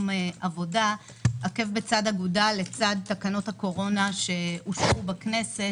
עבודה עקב בצד אגודל לצד תקנות הקורונה שאושרו בכנסת,